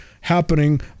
happening